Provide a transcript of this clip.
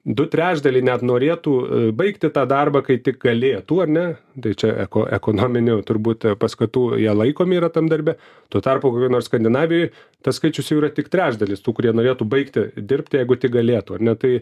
du trečdaliai net norėtų baigti tą darbą kai tik galėtų ar ne tai čia eko ekonominių turbūt paskatų jie laikomi yra tam darbe tuo tarpu kokioj nors skandinavijoj tas skaičius jau yra tik trečdalis tų kurie norėtų baigti dirbti jeigu tik galėtų ar ne tai